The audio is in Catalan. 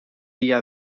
dia